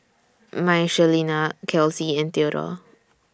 Michelina Kelsey and Theodore